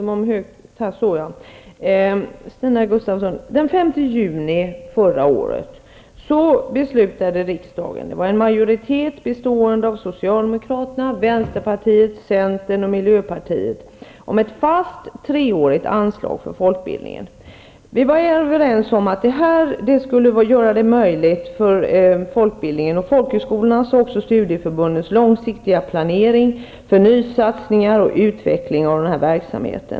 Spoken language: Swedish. Herr talman! Till Stina Gustavsson vill jag säga följande. Den 5 juni förra året beslutade en majoritet bestående av socialdemokraterna, vänsterpartiet, centern och miljöpartiet här i riksdagen om ett fast treårigt anslag för folkbildningen. Vi var överens om att det här skulle möjliggöra folkbildningens, folkhögskolornas och studieförbundens långsiktiga planering för nysatsningar och utveckling av verksamheten.